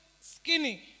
skinny